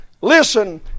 Listen